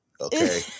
Okay